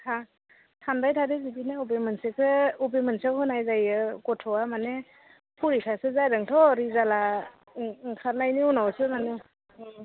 सानबाय थादों बिदिनो बबे मोनसेखौ बबे मोनसेयाव होनाय जायो गथ'आ माने परिखासो जादोंथ' रिजाल्टा ओंखारनायनि उनावसो माने